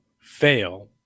fail